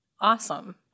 awesome